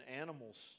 animals